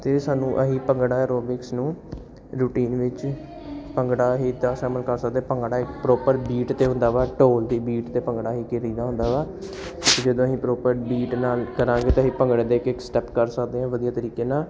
ਅਤੇ ਸਾਨੂੰ ਅਸੀਂ ਭੰਗੜਾ ਐਰੋਬਿਕਸ ਨੂੰ ਰੂਟੀਨ ਵਿੱਚ ਭੰਗੜਾ ਅਸੀਂ ਤਾਂ ਸ਼ਾਮਿਲ ਕਰ ਸਕਦੇ ਭੰਗੜਾ ਇੱਕ ਪ੍ਰੋਪਰ ਬੀਟ 'ਤੇ ਹੁੰਦਾ ਵਾ ਢੋਲ ਦੀ ਬੀਟ 'ਤੇ ਭੰਗੜਾ ਹੀ ਕਰੀਦਾ ਹੁੰਦਾ ਵਾ ਜਦੋਂ ਅਸੀਂ ਪ੍ਰੋਪਰ ਬੀਟ ਨਾਲ ਕਰਾਂਗੇ ਤਾਂ ਅਸੀਂ ਭੰਗੜੇ ਦੇ ਇੱਕ ਇੱਕ ਸਟੈਪ ਕਰ ਸਕਦੇ ਹਾਂ ਵਧੀਆ ਤਰੀਕੇ ਨਾਲ